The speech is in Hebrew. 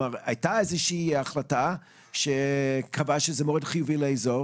הייתה איזושהי החלטה שקבעה שזה מאוד חיובי לאזור